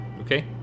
Okay